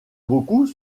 beaucoup